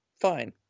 fine